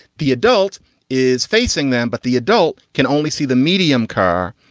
the adult is facing them, but the adult can only see the medium car.